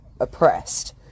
oppressed